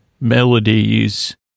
melodies